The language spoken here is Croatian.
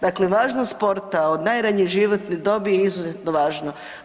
Dakle, važnost sporta od najranije životne dobi je izuzetno važno.